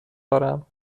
دارم